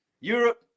Europe